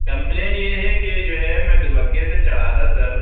complain یہ ہے کہ جو ہے میں دوبگے سے چلا تھا سر